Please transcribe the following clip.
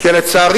כי לצערי,